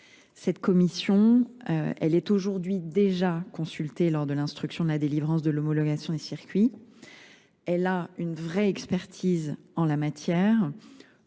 Cette commission, elle est aujourd'hui déjà consultée lors de l'instruction de la délivrance de l'homologation des circuits. Elle a une vraie expertise en la matière.